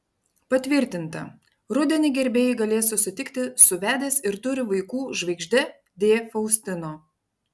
patvirtinta rudenį gerbėjai galės susitikti su vedęs ir turi vaikų žvaigžde d faustino